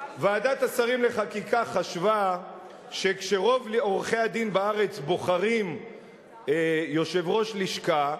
ועדת השרים לחקיקה חשבה שכשרוב עורכי-הדין בארץ בוחרים יושב-ראש לשכה,